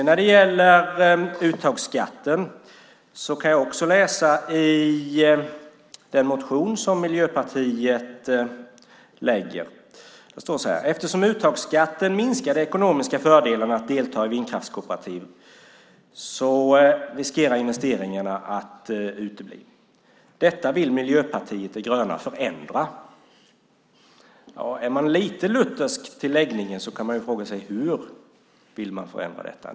När det gäller uttagsskatten kan jag läsa i Miljöpartiets motion: "Eftersom uttagsskatten minskar de ekonomiska fördelarna av att delta i ett vindkraftskooperativ riskerar fördelarna att bli för små för att investeringen ska vara intressant. Detta vill Miljöpartiet de gröna förändra." Är man lite luthersk till läggningen kan man fråga sig hur man ska förändra detta.